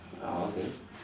okay